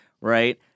right